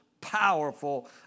powerful